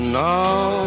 now